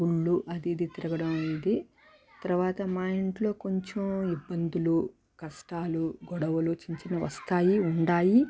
గుళ్ళు అది ఇది తిరగడం అయింది తర్వాత మా ఇంట్లో కొంచం ఇబ్బందులు కష్టాలు గొడవలు చిన్న చిన్నవి వస్తాయి ఉండాయి